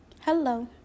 Hello